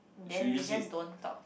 then we just don't talk